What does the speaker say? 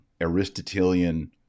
Aristotelian